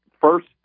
first